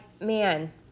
man